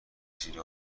زیر